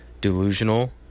delusional